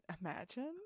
Imagine